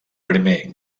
primer